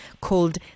called